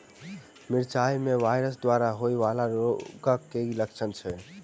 मिरचाई मे वायरस द्वारा होइ वला रोगक की लक्षण अछि?